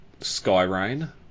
Skyrain